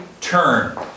turn